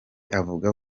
avuga